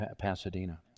Pasadena